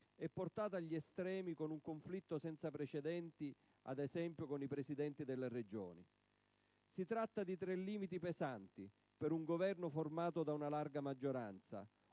e portata agli estremi con un conflitto senza precedenti, ad esempio con i presidenti delle Regioni. Si tratta di tre limiti pesanti per un Governo formato da una larga maggioranza,